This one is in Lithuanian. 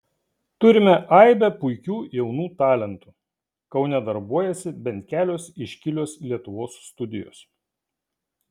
turime aibę puikių jaunų talentų kaune darbuojasi bent kelios iškilios lietuvos studijos